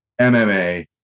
mma